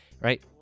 right